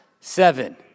seven